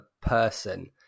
person